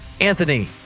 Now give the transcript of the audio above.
Anthony